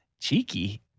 Cheeky